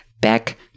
back